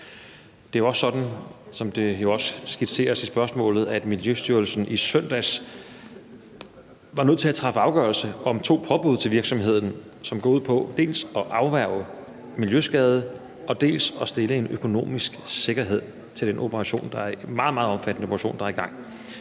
Det er også sådan, som det jo også skitseres i spørgsmålet, at Miljøstyrelsen i søndags var nødt til at træffe afgørelse om to påbud til virksomheden, som går ud på dels at afværge miljøskade, dels at stille en økonomisk sikkerhed for den meget, meget omfattende operation, der er i gang.